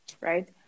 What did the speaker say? right